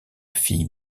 fille